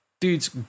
dudes